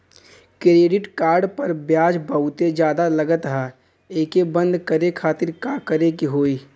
Credit card पर ब्याज बहुते ज्यादा लगत ह एके बंद करे खातिर का करे के होई?